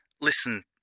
Listen